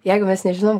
jeigu mes nežinom